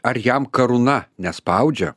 ar jam karūna nespaudžia